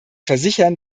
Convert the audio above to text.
versichern